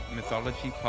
Mythology